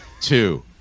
two